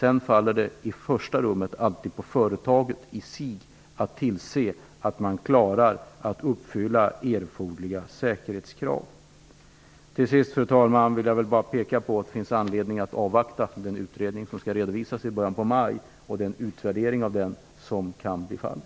I första rummet är det alltid företaget i sig som har att tillse att det klarar att uppfylla erforderliga säkerhetskrav. Fru talman! Jag vill slutligen påpeka att det finns anledning att avvakta den utredning som skall redovisas i början av maj och den utvärdering som skall ske.